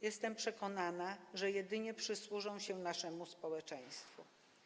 Jestem przekonana, że jedynie przysłużą się naszemu społeczeństwu.